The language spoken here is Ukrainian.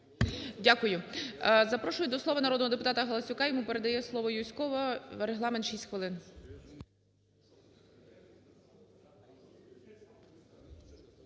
Дякую. Запрошую до слова народного депутатаГаласюка. Йому передає слово Юзькова. Регламент – 6 хвилин.